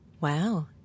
Wow